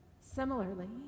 Similarly